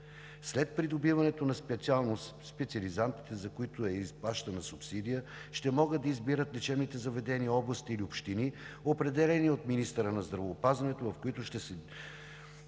След придобиването на специалност, специализантите, за които е изплащана субсидия, ще могат да избират лечебните заведения, областите или общините, определени от министъра на здравеопазването, в които ще са